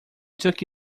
took